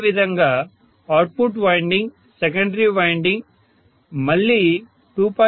అదేవిధంగా output winding secondary winding మళ్ళీ 2